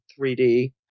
3D